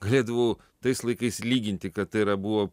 galėdavau tais laikais lyginti kad tai yra buvo